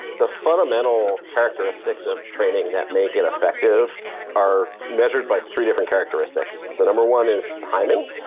the fundamental characteristics of training that make it effective are measured by three different characteristics. so number one is timing,